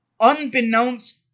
unbeknownst